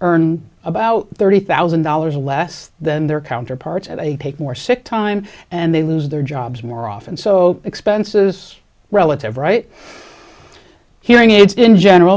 earn about thirty thousand dollars less than their counterparts at a more sick time and they lose their jobs more often so expenses relative right hearing aids in general